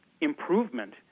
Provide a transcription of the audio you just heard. improvement